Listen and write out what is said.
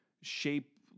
shape